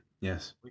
Yes